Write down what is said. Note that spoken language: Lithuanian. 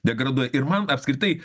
degraduoja ir man apskritai